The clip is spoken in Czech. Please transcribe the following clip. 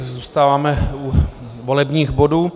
Zůstáváme u volebních bodů.